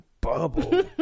bubble